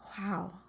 Wow